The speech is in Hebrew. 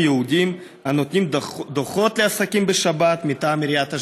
יהודים הנותנים דוחות לעסקים בשבת מטעם עיריית אשדוד?